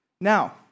Now